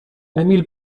emil